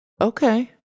Okay